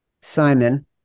Simon